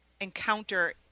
encounter